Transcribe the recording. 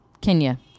kenya